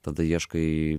tada ieškai